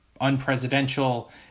unpresidential